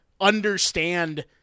understand